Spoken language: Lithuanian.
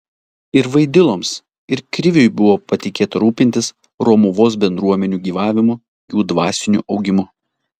ir vaidiloms ir kriviui buvo patikėta rūpintis romuvos bendruomenių gyvavimu jų dvasiniu augimu